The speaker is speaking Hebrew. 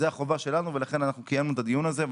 זו החובה שלנו ולכן קיימנו את הדיון הזה.